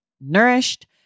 nourished